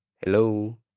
Hello